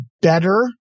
better